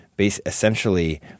essentially